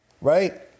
Right